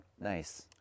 Nice